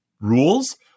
rules